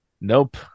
Nope